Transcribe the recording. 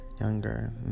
Younger